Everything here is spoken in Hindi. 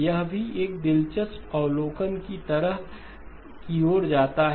यह भी एक दिलचस्प अवलोकन की ओर जाता है